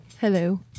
hello